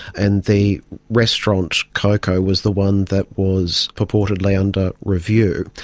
and the restaurant coco was the one that was purportedly under review,